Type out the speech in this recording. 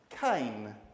Cain